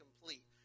complete